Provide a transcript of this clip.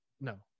no